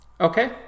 Okay